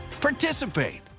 participate